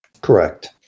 correct